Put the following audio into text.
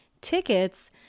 tickets